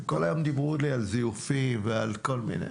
וכל היום דיברו לי על זיופים ועל כל מיני.